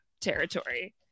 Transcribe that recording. territory